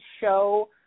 show